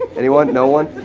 anyone, no one?